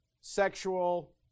sexual